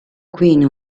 qui